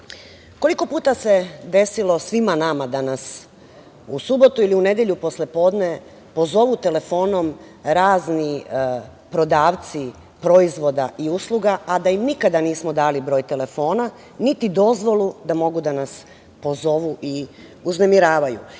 puta se desilo svima nama da nas u subotu ili nedelju posle podne pozovu telefonom razni prodavci proizvoda i usluga, a da im nikada nismo dali broj telefona, niti dozvolu da mogu da nas pozovu i uznemiravaju?